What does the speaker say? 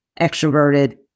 extroverted